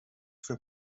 für